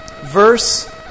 Verse